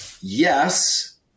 yes